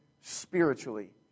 spiritually